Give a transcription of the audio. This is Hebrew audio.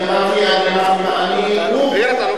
ואותו